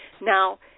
Now